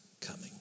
coming